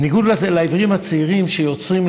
בניגוד לעיוורים הצעירים, שיוצרים